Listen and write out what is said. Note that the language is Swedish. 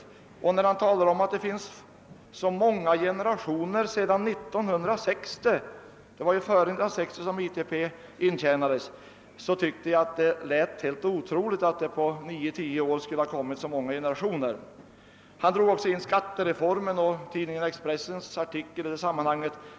Herr Sörenson sade bl.a. att det finns så många generationer som drar nytta av ITP. Det var före 1960 som ITP intjänades, och det låter ju helt otroligt att det på nio, tio år skulle ha kommit så många generationer. Herr Sörenson drog också in skattereformen och tidningen Expressens artikel i det sammanhanget.